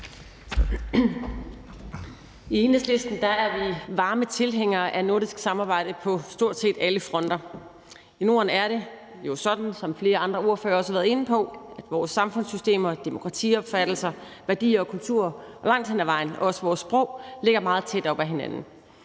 I Enhedslisten er vi varme tilhængere af nordisk samarbejde på stort set alle fronter. I Norden er det jo sådan, hvad flere andre ordførere også har været inde på, at vores samfundssystemer, demokratiopfattelser, værdier og kulturer langt hen ad vejen, og også vores sprog, ligger meget tæt op ad hinanden.